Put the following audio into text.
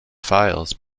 files